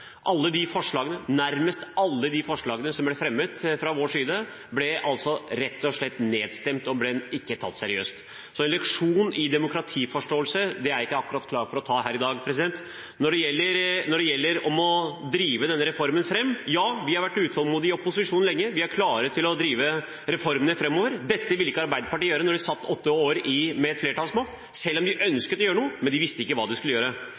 alle de forslagene som ble fremmet fra vår side, ble rett og slett nedstemt og ikke tatt seriøst. Så en leksjon i demokratiforståelse er jeg ikke akkurat klar for å ta her i dag. Når det gjelder det å drive denne reformen fram: Ja, vi har vært utålmodige i opposisjon lenge; vi er klare til å drive reformene framover. Dette ville ikke Arbeiderpartiet gjøre da de satt åtte år med flertallsmakt. Selv om de ønsket å gjøre noe, visste de ikke hva de skulle gjøre.